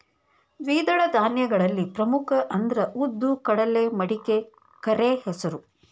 ದ್ವಿದಳ ಧಾನ್ಯಗಳಲ್ಲಿ ಪ್ರಮುಖ ಅಂದ್ರ ಉದ್ದು, ಕಡಲೆ, ಮಡಿಕೆ, ಕರೆಹೆಸರು